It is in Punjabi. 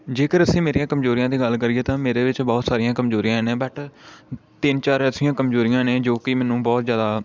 ਜੇਕਰ ਅਸੀਂ ਮੇਰੀਆਂ ਕਮਜ਼ੋਰੀਆਂ ਦੀ ਗੱਲ ਕਰੀਏ ਤਾਂ ਮੇਰੇ ਵਿੱਚ ਬਹੁਤ ਸਾਰੀਆਂ ਕਮਜ਼ੋਰੀਆਂ ਨੇ ਬਟ ਤਿੰਨ ਚਾਰ ਐਸੀਆਂ ਕਮਜ਼ੋਰੀਆਂ ਨੇ ਜੋ ਕਿ ਮੈਨੂੰ ਬਹੁਤ ਜ਼ਿਆਦਾ